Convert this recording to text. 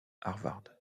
harvard